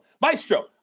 Maestro